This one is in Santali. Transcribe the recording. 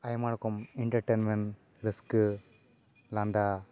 ᱟᱭᱢᱟ ᱨᱚᱠᱚᱢ ᱤᱱᱴᱟᱨᱴᱮᱱᱢᱮᱱᱴ ᱨᱟᱹᱥᱠᱟᱹ ᱞᱟᱸᱫᱟ